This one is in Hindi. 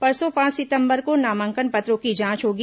परसों पांच सितंबर को नामांकन पत्रों की जांच होगी